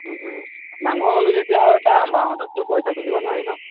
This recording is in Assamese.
ডাঙৰ হ'লো যেতিয়া আৰু এটা মাহঁতকটো পইচা খুজিব নোৱাৰি ন